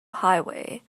highway